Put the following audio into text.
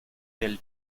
del